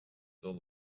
the